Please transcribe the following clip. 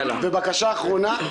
בקשה אחרונה,